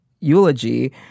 eulogy